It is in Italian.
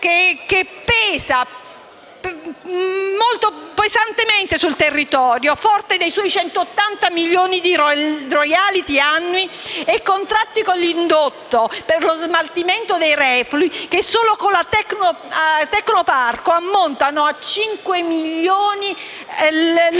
che pesa fortemente sul territorio, grazie ai suoi 180 milioni di *royalty* annui e ai contratti con l'indotto per lo smaltimento dei reflui che solo con la società Tecnoparco ammontano a 5 milioni l'anno.